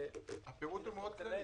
--- הפירוט הוא מאוד כללי.